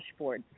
dashboards